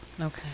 Okay